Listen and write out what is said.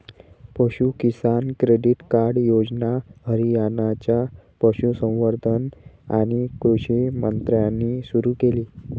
पशु किसान credit card योजना हरियाणाच्या पशुसंवर्धन आणि कृषी मंत्र्यांनी सुरू केली